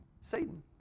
Satan